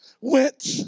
went